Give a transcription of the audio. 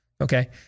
okay